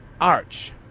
arch